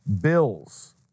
Bills